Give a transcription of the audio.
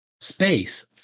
space